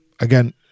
again